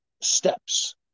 steps